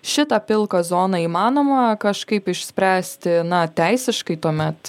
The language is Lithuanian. šitą pilką zoną įmanoma kažkaip išspręsti na teisiškai tuomet